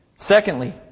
Secondly